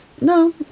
no